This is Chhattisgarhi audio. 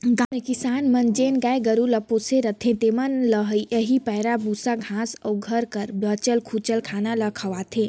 गाँव में किसान मन जेन गाय गरू पोसे रहथें तेमन ल एही पैरा, बूसा, घांस अउ घर कर बांचल खोंचल खाना ल खवाथें